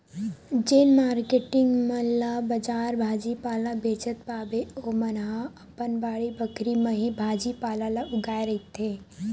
जेन मारकेटिंग मन ला बजार भाजी पाला बेंचत पाबे ओमन ह अपन बाड़ी बखरी म ही भाजी पाला ल उगाए रहिथे